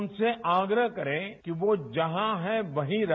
उनसे आग्रह करें कि वो जहां है वहीं रहे